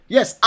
Yes